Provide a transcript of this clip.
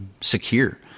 secure